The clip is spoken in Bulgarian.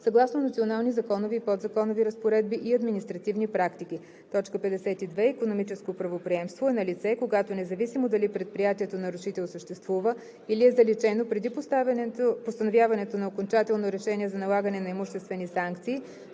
съгласно национални законови и подзаконови разпоредби и административни практики. 52. „Икономическо правоприемство“ е налице, когато независимо дали предприятието нарушител съществува, или е заличено преди постановяването на окончателно решение за налагане на имуществени санкции,